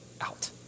out